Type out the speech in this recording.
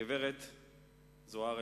הגברת זוארץ,